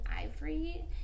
ivory